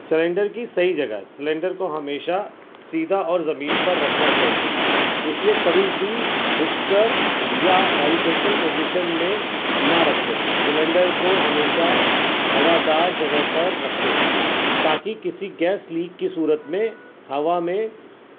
cylinder کی صحیح جگہ سلینڈر کو ہمیشہ سیدھا اور زمین پر رکھنا چاہیے اس لیے کبھی بھی جھک کر یا ہوریجینٹل پوزیشن میں نہ رکھیں سلنڈر کو ہمیشہ ہوا دار جگہ پر رکھیں تاکہ کسی گیس لیک کی صورت میں ہوا میں